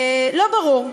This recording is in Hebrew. לא ברור.